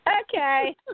Okay